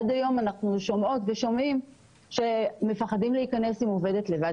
עד היום אנחנו שומעים שמפחדים להיכנס עם עובדת לבד.